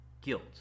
guilt